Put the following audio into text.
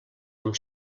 com